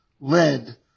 led